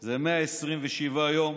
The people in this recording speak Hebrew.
זה 127 יום